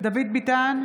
דוד ביטן,